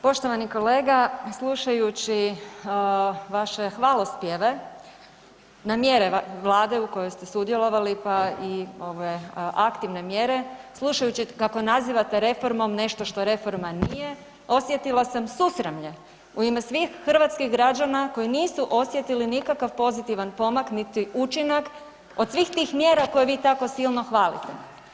Poštovani kolega slušajući vaše hvalospjeve na mjere Vlade u kojoj ste sudjelovali pa i ove aktivne mjere, slušajući kako nazivate reformom nešto što reforma nije osjetila sam susramlje u ime svih hrvatskih građana koji nisu osjetili nikakav pozitivan pomak niti učinak od svih tih mjera koje vi tako silno hvalite.